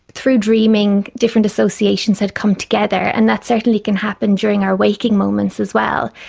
through dreaming different associations had come together, and that certainly can happen during our waking moments as well.